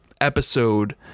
episode